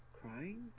crying